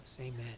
Amen